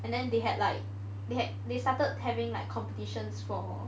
and then they had like they had they started having like competitions for